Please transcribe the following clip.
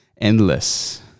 endless